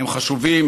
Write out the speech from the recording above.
הם חשובים,